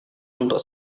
untuk